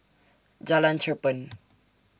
Jalan Cherpen